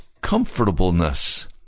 comfortableness